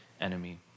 enemy